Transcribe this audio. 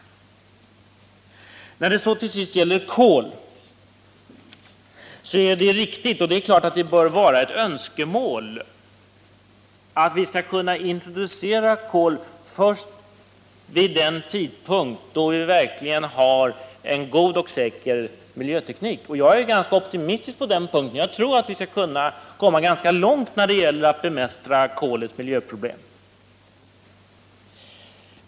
När det så till sist gäller kol så är det klart att det bör vara ett önskemål att vi skall kunna introducera kol först vid en tidpunkt då vi verkligen har en god och säker miljöteknik. Jag är ganska optimistisk på den punkten. Jag tror att vi skall kunna komma ganska långt när det gäller att bemästra kolets miljöproblem.